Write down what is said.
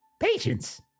Patience